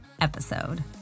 episode